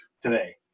today